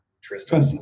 Tristan